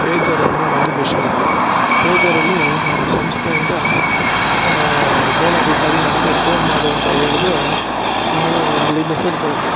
ಪೇಜರನ್ನೋ ಒಂದು ಮಿಷಿನ್ನು ಪೇಜರಲ್ಲಿ ನಮ್ಮ ಸಂಸ್ಥೆಯಿಂದ ಮೇಲಾಧಿಕಾರಿ ನಮಗೆ ಫೋನ್ ಮಾಡು ಅಂತ ಹೇಳಿದ್ರೆ ನಾವು ಅಲ್ಲಿ ಮೆಸೇಜ್ ಬರೋದು